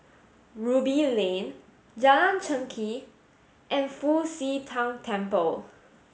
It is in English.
Ruby Lane Jalan Chengkek and Fu Xi Tang Temple